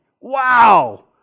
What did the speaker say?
Wow